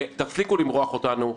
תפסיקו למרוח אותנו.